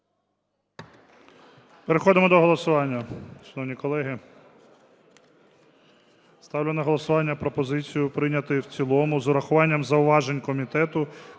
Переходимо до голосування,